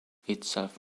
itself